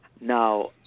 Now